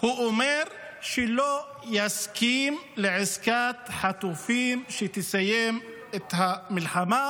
הוא אומר שלא יסכים לעסקת חטופים שתסיים את המלחמה,